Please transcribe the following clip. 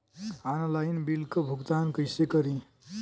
Online bill क भुगतान कईसे करी?